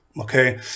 okay